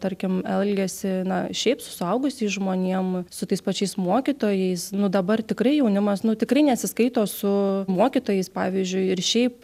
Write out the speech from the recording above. tarkim elgiasi na šiaip su suaugusiais žmonėm su tais pačiais mokytojais nu dabar tikrai jaunimas nu tikrai nesiskaito su mokytojais pavyzdžiui ir šiaip